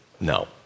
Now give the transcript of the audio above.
No